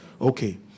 Okay